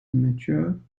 mature